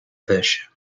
fish